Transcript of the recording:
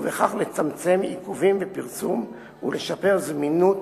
ובכך לצמצם עיכובים בפרסום ולשפר את זמינות